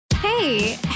Hey